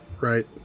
right